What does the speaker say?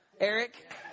Eric